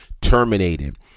terminated